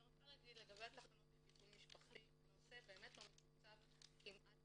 אני רוצה להגיד לגבי התחנות לטיפול משפחתי הנושא לא מתוקצב כמעט